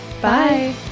Bye